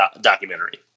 documentary